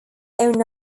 own